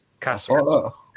Castle